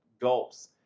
gulps